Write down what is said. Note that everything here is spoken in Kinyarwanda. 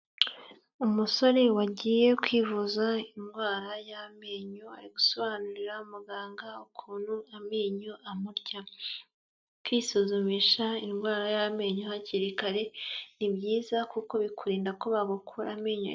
Umusore wagiye kwivuza indwara y'amenyo, ari gusobanurira muganga ukuntu amenyo amurya. Kwisuzumisha indwara y'amenyo hakiri kare ni byiza kuko bikurinda ko bagukura amenyo.